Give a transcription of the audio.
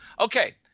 Okay